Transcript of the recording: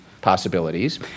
possibilities